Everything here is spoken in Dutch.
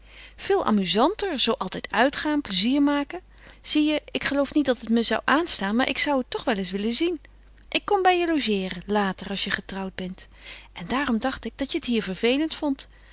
veel amuzanter zoo altijd uitgaan plezier maken zie je ik geloof niet dat het me zou aanstaan maar ik zou het toch wel eens willen zien ik kom bij je logeeren later als je getrouwd bent en daarom dacht ik dat je het hier vervelend vond